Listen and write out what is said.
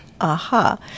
Aha